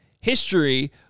history